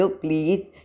please